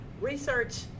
research